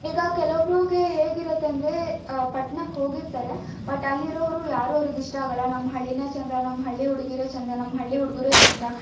ಈಗ ಕೆಲೋಬ್ರೂಗೆ ಹೇಗಿರುತ್ತೆ ಅಂದರೆ ಪಟ್ಟಣಕ್ಕೆ ಹೋಗಿರ್ತಾರೆ ಬಟ್ ಅಲ್ಲಿರೋರು ಯಾರೂ ಅವರಿಗಿಷ್ಟ ಆಗಲ್ಲ ನಮ್ಮ ಹಳ್ಳಿಯೇ ಚಂದ ನಮ್ಮ ಹಳ್ಳಿ ಹುಡುಗೀರೆ ಚಂದ ನಮ್ಮ ಹಳ್ಳಿ ಹುಡುಗರೇ ಚಂದ